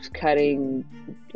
cutting